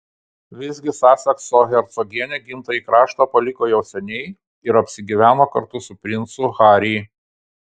visgi sasekso hercogienė gimtąjį kraštą paliko jau seniai ir apsigyveno kartu su princu harry